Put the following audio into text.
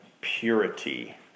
purity